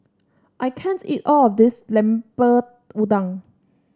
I can't eat all of this Lemper Udang